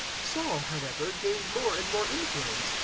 saul, however, gained more and more influence,